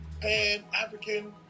pan-African